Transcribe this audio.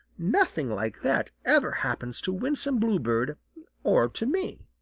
nothing like that ever happens to winsome bluebird or to me.